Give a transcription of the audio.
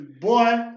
boy